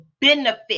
benefit